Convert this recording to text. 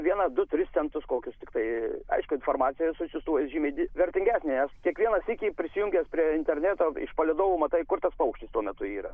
vieną du tris centus kokius tiktai aišku informacija su siųstuvais žymiai vertingesnė kiekvieną sykį prisijungęs prie interneto iš palydovų matai kur tas paukštis tuo metu yra